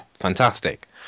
fantastic